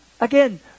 Again